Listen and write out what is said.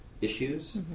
issues